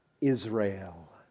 Israel